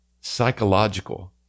psychological